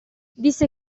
disse